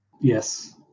Yes